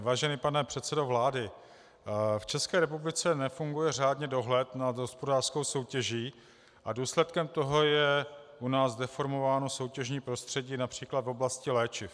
Vážený pane předsedo vlády, v České republice nefunguje řádně dohled nad hospodářskou soutěží a důsledkem toho je u nás deformováno soutěžní prostředí například v oblasti léčiv.